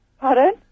Pardon